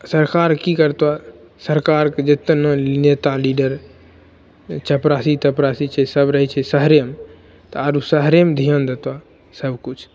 सरकार की करत सरकारके जेतेक ने नेता लीडर चपरासी तपरासी छै सब रहै छै शहरेमे तऽ आर शहरेमे ध्यान देत सबकिछु